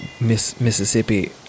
Mississippi